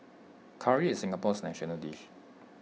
Curry is Singapore's national dish